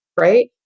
right